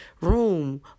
room